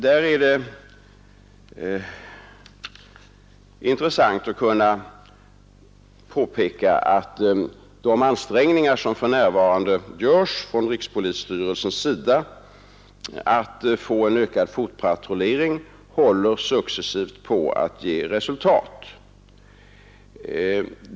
Där är det intressant att kunna påpeka att de ansträngningar som för närvarande görs från rikspolisstyrelsens sida att få en ökad fotpatrullering successivt håller på att ge resultat.